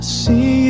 see